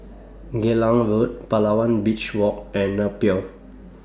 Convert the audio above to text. Geylang Road Palawan Beach Walk and Napier